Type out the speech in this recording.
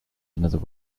another